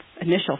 initial